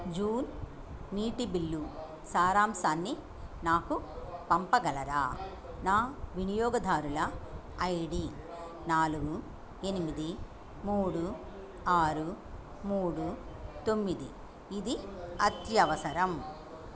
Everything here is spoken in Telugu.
జూన్ నీటి బిల్లు సారాంశాన్ని నాకు పంపగలరా నా వినియోగదారుల ఐడి నాలుగు ఎనిమిది మూడు ఆరు మూడు తొమ్మిది ఇది అత్యవసరం